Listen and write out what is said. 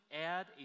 add